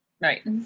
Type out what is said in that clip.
right